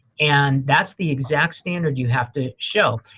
and that's the exact standard you have to show.